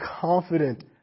confident